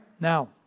Now